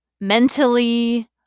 mentally